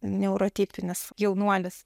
neurotipinis jaunuolis